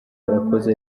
barakoze